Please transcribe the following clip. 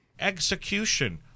Execution